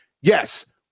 Yes